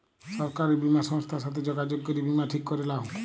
সরকারি বীমা সংস্থার সাথে যগাযগ করে বীমা ঠিক ক্যরে লাও